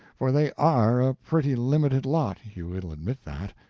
for they are a pretty limited lot, you will admit that?